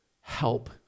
help